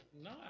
no